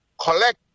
collect